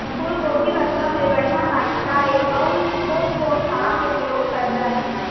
फूलगोभी बर सबले बढ़िया माटी का ये? अउ कोन कोन खाद के प्रयोग करना ये?